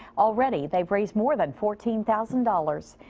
already they've raised more than fourteen thousand dollars.